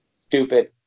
stupid